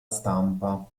stampa